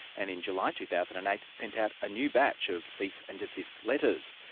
and in july, two thousand and eight, sent out a new batch of cease and desist letters.